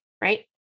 right